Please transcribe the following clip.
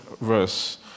verse